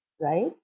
right